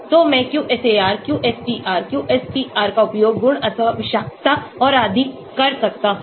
तो मैं QSAR QSTR QSPR का उपयोग गुण अथवा विषाक्तता और आदि कर सकता हूं